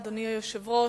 אדוני היושב-ראש,